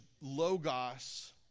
logos